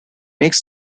makes